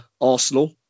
Arsenal